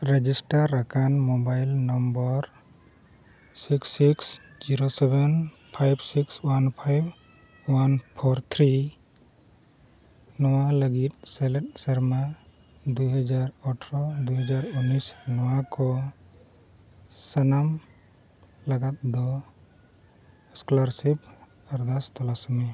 register ᱟᱠᱟᱱ mobile number six six zero seven five six one five one four three ᱱᱚᱣᱟ ᱞᱟᱹᱜᱤᱫ ᱥᱮᱞᱮᱫ ᱥᱮᱨᱢᱟ ᱫᱩᱭ ᱦᱟᱡᱟᱨ ᱟᱴᱷᱨᱳ ᱫᱩ ᱦᱟᱡᱟᱨ ᱩᱱᱤᱥ ᱱᱚᱣᱟ ᱠᱚ ᱥᱟᱱᱟᱢ ᱞᱟᱜᱟᱫ ᱫᱚ ᱥᱠᱚᱞᱟᱨᱥᱤᱯ ᱟᱨᱫᱟᱥ ᱛᱚᱞᱟᱥ ᱢᱮ